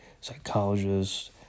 Psychologists